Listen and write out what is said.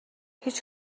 هیچ